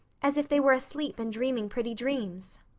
as if they were asleep and dreaming pretty dreams.